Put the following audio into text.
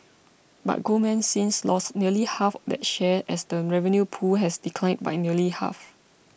but Goldman since lost nearly half that share as the revenue pool has declined by nearly half